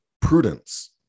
prudence